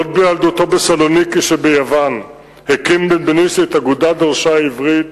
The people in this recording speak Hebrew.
עוד בילדותו בסלוניקי שביוון הקים בנבנישתי את "אגודת דורשי העברית",